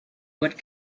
what